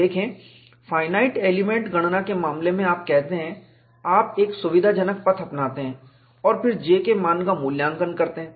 देखें finite element गणना के मामले में आप कहते हैं आप एक सुविधाजनक पथ अपनाते हैं और फिर J के मान का मूल्यांकन करते हैं